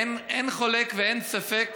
אין חולק ואין ספק